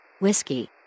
Whiskey